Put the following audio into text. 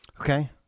Okay